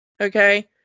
okay